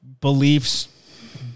beliefs